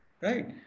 Right